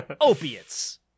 opiates